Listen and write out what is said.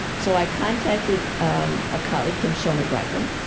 so i contacted um a colleague, kim schonert-reichl,